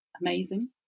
amazing